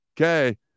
Okay